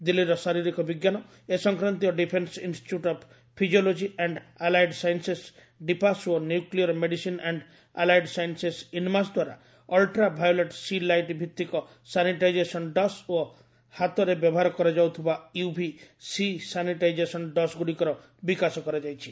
ଦିଲ୍ଲୀର ଶାରୀରିକ ବିଜ୍ଞାନ ଏ ସଂକ୍ରାନ୍ତୀୟ defence institute of physiology and allied sciences DIPAS ଓ nuclear medicine and allied sciences INMAS ଦ୍ୱାରା ଅଲଟ୍ରା ଭାୟୋଲେଟ୍ ସି ଲାଇଟ୍ ଭିଭିକ ସାନିଟାଇଜେସନ୍ ଡସ୍ ଓ ହାତରେ ବ୍ୟବହାର କରାଯାଉଥିବା ୟୁଭି ସି ସାନିଟାଇଜେସନ୍ ଡସ୍ ଗୁଡ଼ିକର ବିକାଶ କରାଯାଇଛି